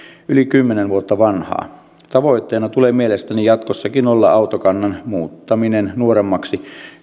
yli kymmenen vuotta vanhaa tavoitteena tulee mielestäni jatkossakin olla autokannan muuttaminen nuoremmaksi